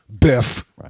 Biff